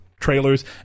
trailers